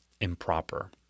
improper